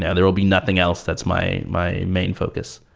yeah there will be nothing else that's my my main focus.